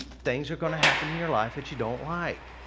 things are gonna happen in your life that you don't like.